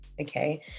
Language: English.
okay